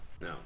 no